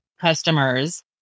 customers